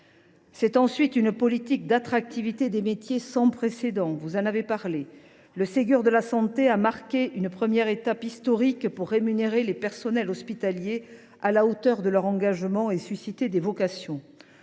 y a ensuite une politique d’attractivité des métiers sans précédent. Le Ségur de la santé a marqué une première étape historique pour rémunérer les personnels hospitaliers à la hauteur de leur engagement et susciter des vocations.